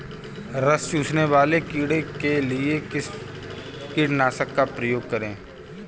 रस चूसने वाले कीड़े के लिए किस कीटनाशक का प्रयोग करें?